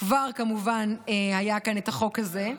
כבר כמובן היה כאן החוק הזה.